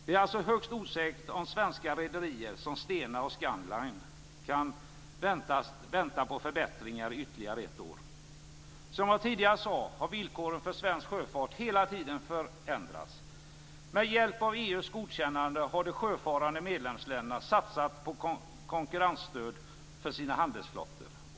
Det är alltså högst osäkert om svenska rederier som Stena och Scandlines kan vänta på förbättringar i ytterligare ett år. Som jag tidigare sade har villkoren för svensk sjöfart hela tiden förändrats. Med hjälp av EU:s godkännande har de sjöfarande medlemsländerna satsat på konkurrensstöd för sina handelsflottor.